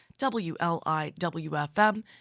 WLIWFM